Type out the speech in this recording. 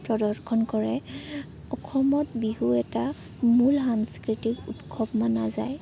প্ৰদৰ্শন কৰে অসমত বিহু এটা মূল সাংস্কৃতিক উৎসৱ মনা যায়